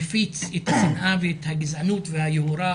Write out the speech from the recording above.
מפיץ את השנאה ואת הגזענות והיוהרה